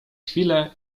chwilę